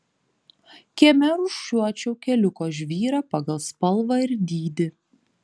kieme rūšiuočiau keliuko žvyrą pagal spalvą ir dydį